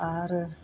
आरो